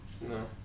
No